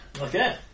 Okay